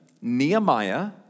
Nehemiah